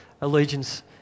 allegiance